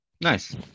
Nice